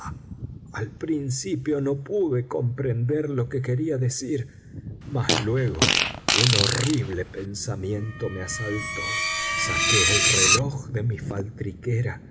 al principio no pude comprender lo que quería decir mas luego un horrible pensamiento me asaltó saqué el reloj de mi